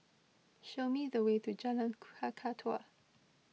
show me the way to Jalan Kakatua